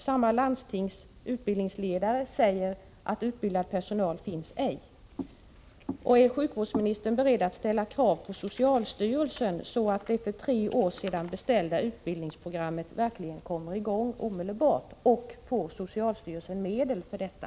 Samma landstings utbildningsledare säger att utbildad personal ej finns. Är sjukvårdsministern beredd att ställa krav på socialstyrelsen, så att det för tre år sedan beställda utbildningsprogrammet verkligen kommer i gång omedelbart, och får socialstyrelsen medel för detta?